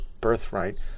birthright